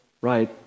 right